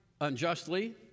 unjustly